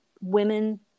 women